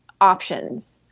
options